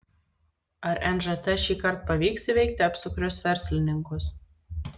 ar nžt šįkart pavyks įveikti apsukrius verslininkus